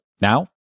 Now